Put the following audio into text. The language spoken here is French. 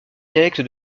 dialecte